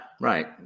right